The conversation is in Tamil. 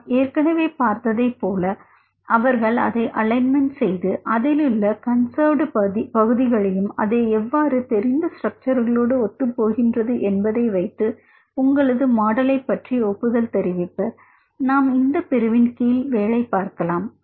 நாம் ஏற்கனவே பார்த்ததைப் போல அவர்கள் அதை அலைன்மென்ட் செய்து அதிலுள்ள கன்சர்ட் பகுதிகளையும் அவை எவ்வாறு தெரிந்த ஸ்ட்ரக்சர்களோடு ஒத்துப்போகின்றது என்பதை வைத்து உங்களது மாடலை பற்றி ஒப்புதல் தெரிவிப்பார் நாம் இந்தப் பிரிவின் கீழ் வேலை பார்க்கலாம்